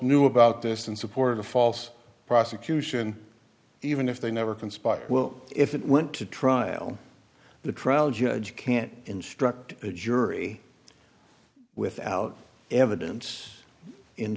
knew about this and support a false prosecution even if they never conspire well if it went to trial the trial judge can't instruct the jury without evidence in